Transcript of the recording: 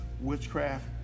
witchcraft